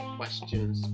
questions